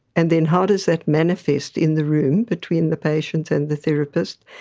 and then how does that manifest in the room between the patient and the therapist,